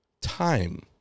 Time